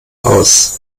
aus